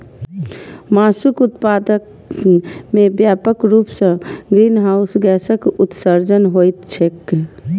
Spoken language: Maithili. मासुक उत्पादन मे व्यापक रूप सं ग्रीनहाउस गैसक उत्सर्जन होइत छैक